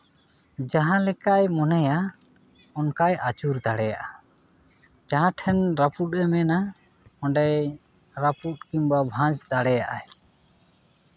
ᱡᱟᱦᱟᱸ ᱞᱮᱠᱟᱭ ᱢᱚᱱᱮᱭᱟ ᱚᱱᱠᱟᱭ ᱟᱹᱪᱩᱨ ᱫᱟᱲᱮᱭᱟᱜᱼᱟ ᱡᱟᱦᱟᱸ ᱴᱷᱮᱱ ᱨᱟᱹᱯᱩᱫᱮ ᱢᱮᱱᱟ ᱚᱸᱰᱮᱭ ᱨᱟᱹᱯᱩᱫ ᱠᱤᱢᱵᱟᱭ ᱵᱷᱟᱡᱽ ᱫᱟᱲᱮᱭᱟᱜ ᱟᱭ